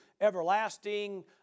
everlasting